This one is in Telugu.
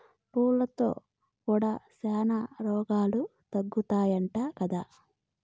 పూలతో కూడా శానా రోగాలు తగ్గుతాయట కదా